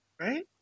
right